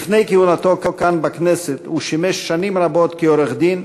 לפני כהונתו כאן בכנסת הוא שימש שנים רבות כעורך-דין,